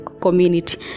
community